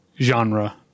genre